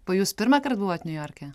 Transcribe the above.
o jūs pirmąkart buvot niujorke